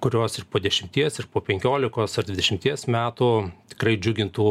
kurios ir po dešimties ir po penkiolikos ar dvidešimties metų tikrai džiugintų